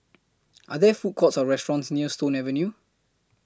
Are There Food Courts Or restaurants near Stone Avenue